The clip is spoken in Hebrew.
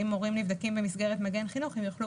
אם מורים נבדקים במסגרת מגן חינוך הם יוכלו